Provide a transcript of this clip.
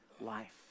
life